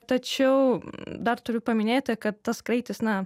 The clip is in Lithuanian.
tačiau dar turiu paminėti kad tas kraitis na